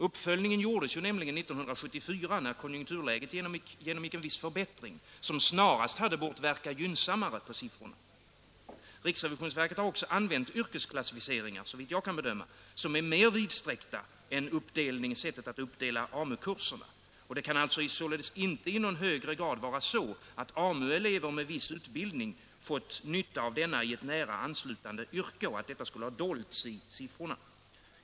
Uppföljningen gjordes nämligen 1974, när konjunkturläget genomgick en viss förbättring som snarast bör ha inverkat gynnsamt på siffrorna. Riksrevisionsverket har också såvitt jag kan bedöma använt yrkesklassificeringar som är mer vidsträckta än dem man får fram om man följer uppdelningen av kurserna. Det kan således inte i någon högre grad vara så, att AMU-elever med viss utbildning fått nytta av denna i ett nära anslutande yrke och att detta skulle ha dolts i siffrorna.